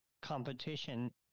competition